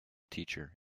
teacher